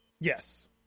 Yes